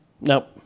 Nope